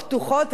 השכר